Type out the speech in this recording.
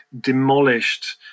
demolished